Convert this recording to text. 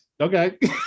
okay